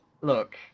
Look